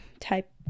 type